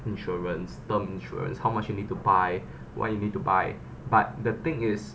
insurance term insurance how much you need to buy why you need to buy but the thing is